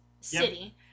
city